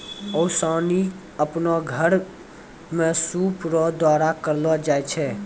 ओसानी आपनो घर मे सूप रो द्वारा करलो जाय छै